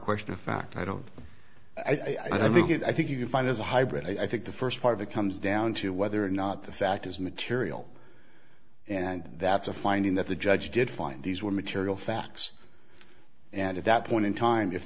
question of fact i don't i think it i think you can find as a hybrid i think the first part of it comes down to whether or not the fact is material and that's a finding that the judge did find these were material facts and at that point in time if